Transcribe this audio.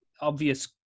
obvious